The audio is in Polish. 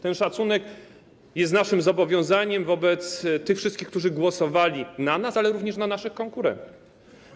Ten szacunek jest naszym zobowiązaniem wobec tych wszystkich, którzy głosowali na nas, ale również na naszych konkurentów.